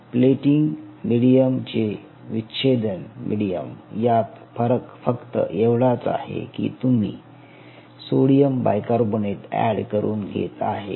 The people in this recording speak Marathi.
प्लेटिंग मिडीयम ते विच्छेदन मिडीयम यात फरक फक्त एवढाच आहे की तुम्ही सोडियम बायकार्बोनेट ऍड करून घेत आहे